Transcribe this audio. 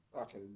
Okay